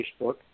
Facebook